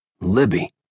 Libby